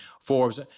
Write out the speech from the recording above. Forbes